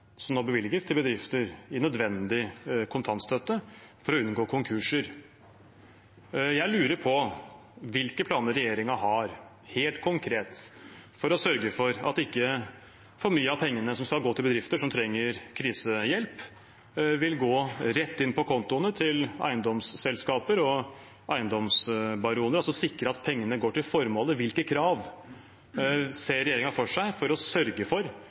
som nå bevilges til bedrifter i form av nødvendig kontantstøtte for å unngå konkurser. Jeg lurer på hvilke planer regjeringen har, helt konkret, for å sørge for at ikke for mye av pengene som skal gå til bedrifter som trenger krisehjelp, vil gå rett inn på kontoene til eiendomsselskaper og eiendomsbaroner – altså sikre at pengene går til formålet. Hvilke krav ser regjeringen for seg for å sørge for